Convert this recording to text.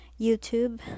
youtube